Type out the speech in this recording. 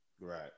Right